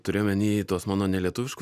turi omeny tuos mano nelietuviškus